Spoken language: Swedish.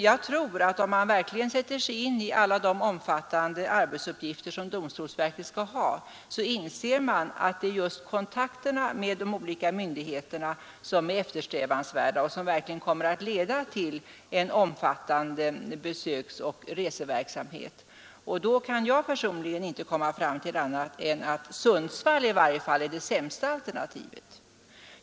Jag tror att om man verkligen sätter sig in i alla de omfattande arbetsuppgifter som domstolsverket skall ha, så inser man att det är just kontakterna med de olika myndigheterna som är eftersträvansvärda och som kommer att leda till en omfattande besöksoch reseverksamhet. Då kan jag personligen inte komma fram till annat än att Sundsvall är det sämsta alternativet.